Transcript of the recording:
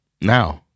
Now